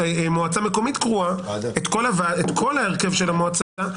את כל ההרכב של המועצה,